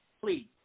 please